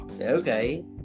okay